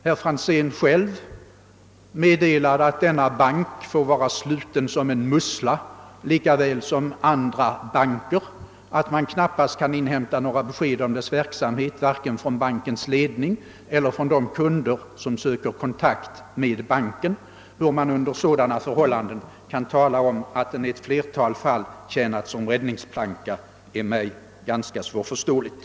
Herr Franzén anser tydligen också själv att Investeringsbanken får vara sluten som en mussla lika väl som andra banker och att man knappast kan inhämta några besked om dess verksamhet vare sig från bankens ledning eller från de kunder som söker kontakt med banken. Hur man under sådana förhållanden kan tala om att banken i ett flertal fall tjänat som räddningsplanka är mig ganska svårförståeligt.